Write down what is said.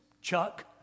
Chuck